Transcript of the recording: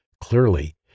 Clearly